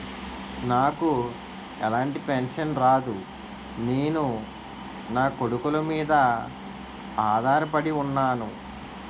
నాకు ఎలాంటి పెన్షన్ రాదు నేను నాకొడుకుల మీద ఆధార్ పడి ఉన్నాను